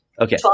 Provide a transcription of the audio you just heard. Okay